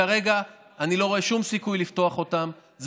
כרגע אני לא רואה שום סיכוי לפתוח אותם,